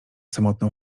samotną